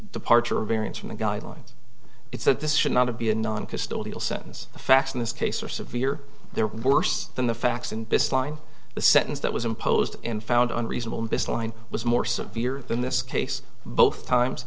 departure a variance from the guidelines it's that this should not to be a non custodial sentence the facts in this case are severe they're worse than the facts and baseline the sentence that was imposed and found on reasonable misalign was more severe than this case both times